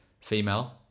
female